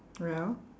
well